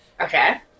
Okay